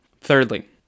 Thirdly